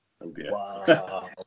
Wow